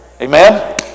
Amen